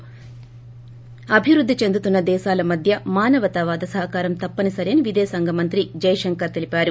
ి అభివృద్ది చెందుతున్న దేశాల మధ్య మానవతావాద సహకారం తప్పనిసరి అని విదేశాంగ మంత్రి ఎస్ జైశంకర్ తెలిపారు